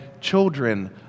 children